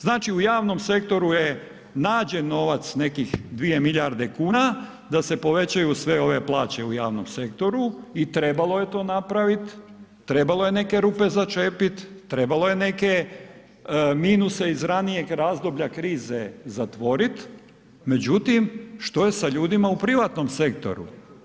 Znači u javnom sektoru je nađen novac nekih 2 milijarde kuna da se povećaju sve ove plaće u javnom sektoru i trebalo je to napraviti, trebalo je neke rupe začepit, trebalo je neke minuse iz ranijeg razdoblja krize zatvorit, međutim što je sa ljudima u privatnom sektoru?